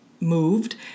moved